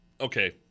okay